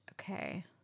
okay